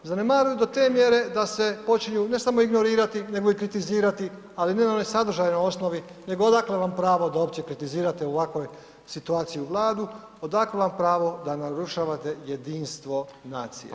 Zanemaruju do te mjere da se počinju ne samo ignorirati nego i kritizirati, ali ne na onoj sadržajnoj osnovi nego odakle vam pravo da uopće kritizirate u ovakvoj situaciji u Vladu, odakle vam pravo da narušavate jedinstveno nacije.